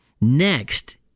Next